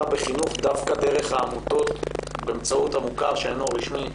בחינוך דווקא דרך העמותות באמצעות המוכר שאינו רשמי,